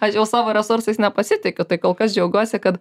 aš jau savo resursais nepasitikiu tai kol kas džiaugiuosi kad